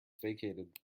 vacated